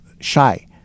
shy